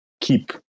keep